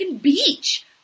beach